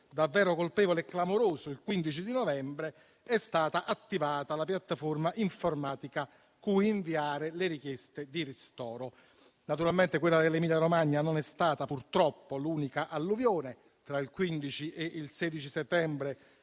davvero colpevole e clamoroso, il 15 di novembre, è stata attivata la piattaforma informatica cui inviare le richieste di ristoro. Naturalmente quella dell'Emilia Romagna non è stata purtroppo l'unica alluvione: tra il 15 e il 16 settembre